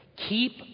Keep